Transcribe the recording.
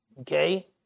okay